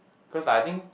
cause I think